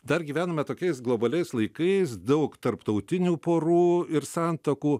dar gyvename tokiais globaliais laikais daug tarptautinių porų ir santuokų